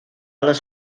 les